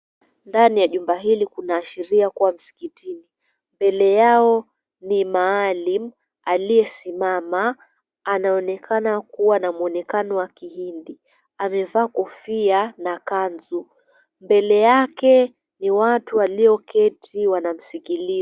Ndani ya jumba hili kunaashiria kuwa msikitini, mbele yao ni maalim aliye simama anaonekana kuwa na mwonekano wa kihindi, amevaa kofia na kanzu. Mbele yake ni watu walioketi wanamsikiliza.